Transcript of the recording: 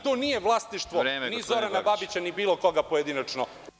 To nije vlasništvo ni Zorana Babića ni bilo koga pojedinačno.